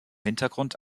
hintergrund